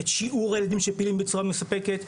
את שיעור הילדים שפעילים בצורה מספקת,